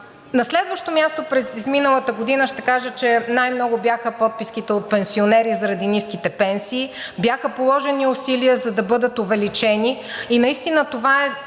На следващо място, през изминалата година ще кажа, че най много бяха подписките от пенсионери заради ниските пенсии. Бяха положени усилия, за да бъдат увеличени и наистина това е